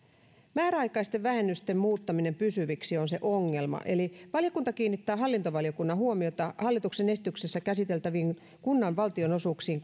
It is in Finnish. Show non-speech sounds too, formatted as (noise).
määräaikaisten vähennysten muuttaminen pysyviksi on se ongelma eli valiokunta kiinnittää hallintovaliokunnan huomiota hallituksen esityksessä käsiteltäviin kunnan valtionosuuksiin (unintelligible)